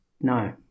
No